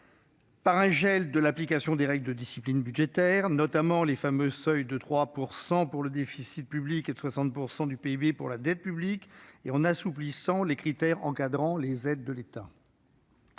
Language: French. ainsi gelé l'application des règles de la discipline budgétaire, notamment les fameux seuils de 3 % du PIB pour le déficit public et de 60 % du PIB pour la dette publique, et assoupli les critères encadrant l'octroi d'aides d'État.